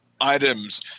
items